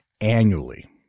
annually